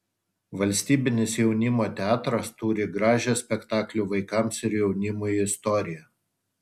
valstybinis jaunimo teatras turi gražią spektaklių vaikams ir jaunimui istoriją